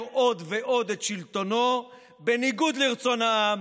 עוד ועוד את שלטונו בניגוד לרצון העם,